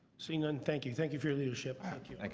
seeing none, thank you. thank you for your leadership. thank you. like